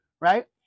right